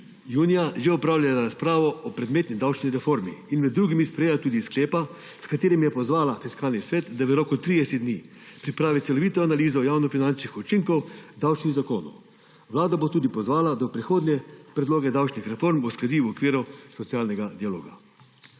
junija že opravljala razpravo o predmetni davčnih reformi in med drugimi sprejela tudi sklepa, s katerima je pozvala Fiskalni sveta, da v roku 30 dni pripravi celovito analizo javnofinančnih učinkov davčnih zakonov. Vlado bo tudi pozvala, da v prihodnje predloge davčnih reform uskladi v okviru socialnega dialoga.